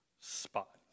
spot